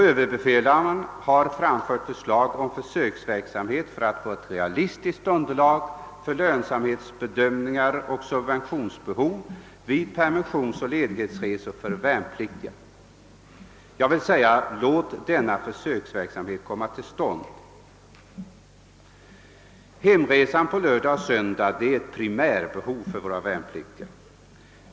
Överbefälhavaren har framfört förslag om försöksverksamhet för att få ett realistiskt underlag för lönsamhetsbedömningar och bedömningar av subventionsbehov vid permisionsoch ledighetsresor för värnpliktiga. Herr statsråd, låt denna försöksverksamhet komma till stånd! Hemresan över lördagen och söndagen är ett primärbehov för våra värnpliktiga.